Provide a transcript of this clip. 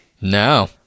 No